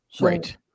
Right